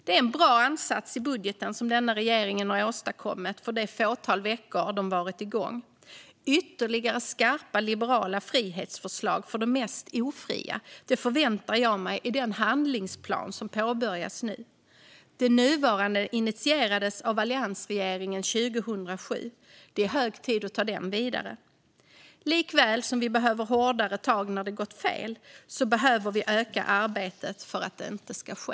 Det är en bra ansats i budgeten som denna regering har åstadkommit under det fåtal veckor som den har varit igång. Ytterligare skarpa och liberala frihetsförslag för de mest ofria förväntar jag mig i den handlingsplan som påbörjas nu. Den nuvarande initierades av alliansregeringen 2007. Det är hög tid att ta den vidare. Likväl som vi behöver hårdare tag när det har gått fel behöver vi öka arbetet för att detta inte ska ske.